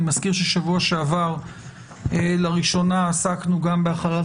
אני מזכיר שבשבוע שעבר לראשונה עסקנו גם בהחלת